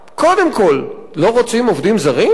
לא רוצים עובדים זרים,